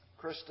Krista